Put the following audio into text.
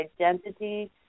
identity